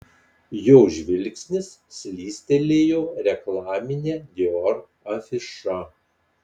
jo žvilgsnis slystelėjo reklamine dior afiša